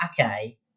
okay